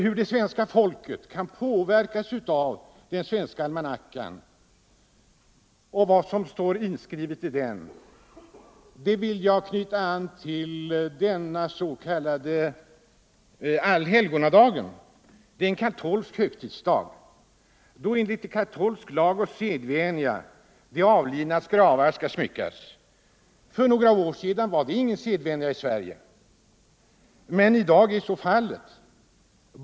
Hur det svenska folket kan påverkas av den svenska almanackan och av vad som står skrivet i den vill jag påvisa genom att knyta an till Alla Helgons dag. Det är en katolsk högtidsdag. Enligt katolsk lag och sedvänja skall då de avlidnas gravar smyckas. För några år sedan var det ingen sedvänja i Sverige, men i dag är så fallet.